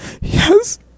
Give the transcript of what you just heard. Yes